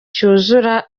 cyuzura